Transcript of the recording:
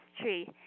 tree